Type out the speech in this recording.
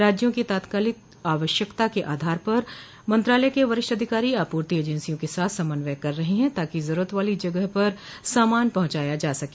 राज्यों की तात्कालिक आवश्यकता के आधार पर मंत्रालय के वरिष्ठ अधिकारी आपूर्ति एजेंसियों के साथ समन्वय कर रहे हैं ताकि जरूरत वाली जगह पर सामान पहुंचाया जा सके